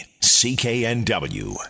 CKNW